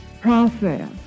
process